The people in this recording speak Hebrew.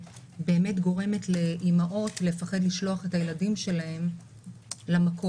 שגורמת לאימהות לפחד לשלוח את הילדים שלהן למכולת.